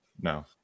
No